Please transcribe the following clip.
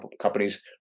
companies